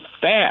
fast